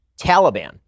Taliban